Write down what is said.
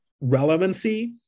relevancy